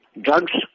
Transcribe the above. Drugs